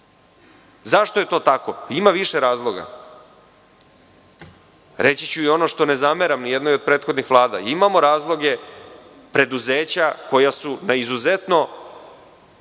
je to tako? Postoji više razloga. Reći ću i ono što ne zameram ni jednoj od prethodnih vlada. Imamo razloge preduzeća koja su na izuzetno